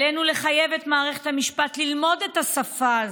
עלינו לחייב את מערכת המשפט ללמוד את השפה הזאת.